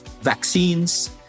vaccines